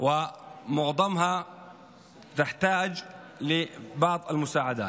וגם בחברה היהודית הרבה משפחות לא יכולות לחיות בכבוד,